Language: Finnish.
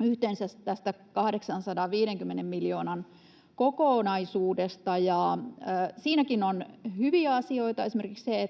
yhteensä 850 miljoonan kokonaisuudesta. Siinäkin on hyviä asioita, esimerkiksi se,